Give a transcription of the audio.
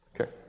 Okay